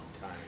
time